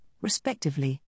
respectively